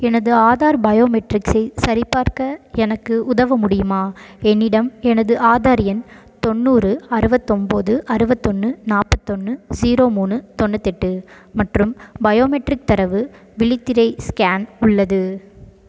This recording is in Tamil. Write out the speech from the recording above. எனது ஆதார் பயோமெட்ரிக்ஸை சரிபார்க்க எனக்கு உதவ முடியுமா என்னிடம் எனது ஆதார் எண் தொண்ணூறு அறுபத்தொம்போது அறுபத்தொன்னு நாற்பத்தொன்னு ஸீரோ மூணு தொண்ணூத்தெட்டு மற்றும் பயோமெட்ரிக் தரவு விழித்திரை ஸ்கேன் உள்ளது